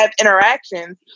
interactions